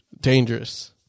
dangerous